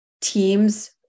teams